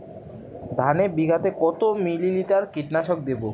ধানে বিঘাতে কত মিলি লিটার কীটনাশক দেবো?